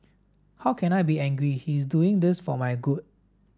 how can I be angry he is doing this for my good